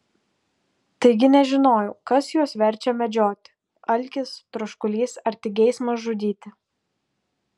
taigi nežinojau kas juos verčia medžioti alkis troškulys ar tik geismas žudyti